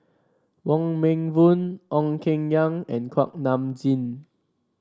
Wong Meng Voon Ong Keng Yong and Kuak Nam Jin